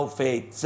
faith